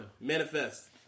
Manifest